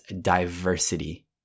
diversity